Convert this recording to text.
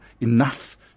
enough